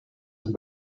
and